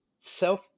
self